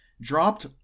Dropped